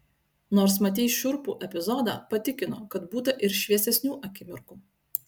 nors matei šiurpų epizodą patikinu kad būta ir šviesesnių akimirkų